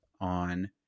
on